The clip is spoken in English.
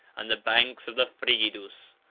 and the banks of the frigidus,